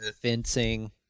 fencing